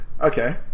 Okay